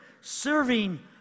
serving